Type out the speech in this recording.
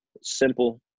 simple